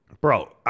Bro